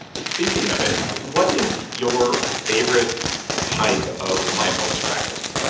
speaking of it, what is your favorite type of mindfulness practice?